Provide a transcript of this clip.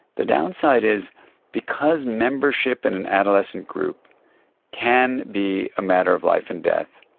the downside is because membership in an adolescent group can be a matter of life and death,